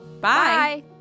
Bye